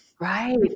Right